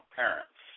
parents